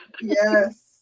Yes